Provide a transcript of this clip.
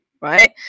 right